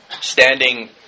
standing